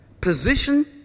Position